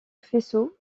faisceau